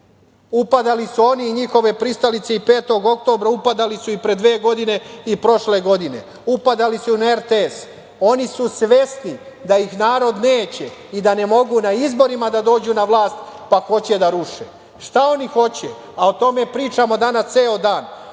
upadali su oni i njihove pristalice, i 5. oktobra, upadali su i pre dve godine i prošle godine, upadali su i na RTS.Oni su svesni da ih narod neće i da ne mogu na izborima da dođu na vlast, pa hoće da ruše. Šta oni hoće? O tome pričamo danas ceo dan,